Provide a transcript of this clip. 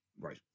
right